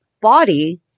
body